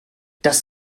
das